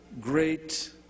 great